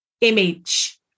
image